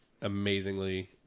amazingly